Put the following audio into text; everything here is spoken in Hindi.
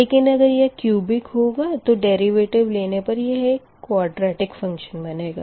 लेकिन अगर यह क्यूबिक होगा तो डेरिवेटिव लेने पर यह द्विघात बनेगा